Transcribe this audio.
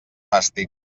fàstic